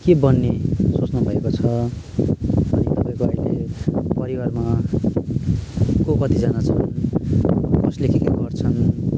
के बन्ने सोच्नुभएको छ तपाईँको अहिले परिवारमा को कतिजना छ कसले के के गर्छन्